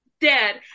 Dead